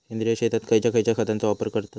सेंद्रिय शेतात खयच्या खयच्या खतांचो वापर करतत?